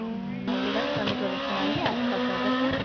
Murliganj Soni jewellers में आइए आपका स्वागत है